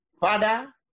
Father